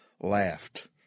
laughed